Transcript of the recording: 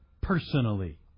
personally